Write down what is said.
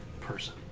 person